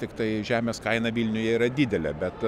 tiktai žemės kaina vilniuje yra didelė bet